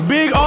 Big